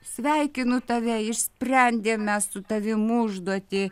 sveikinu tave išsprendėm mes su tavim užduotį